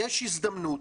יש הזדמנות